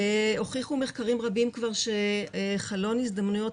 מחקרים רבים הוכיחו שחלון הזדמנויות